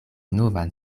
novan